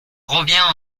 revient